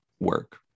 work